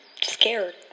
scared